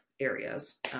areas